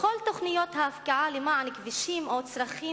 לכל תוכניות ההפקעה למען כבישים או צרכים